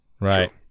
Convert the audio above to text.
Right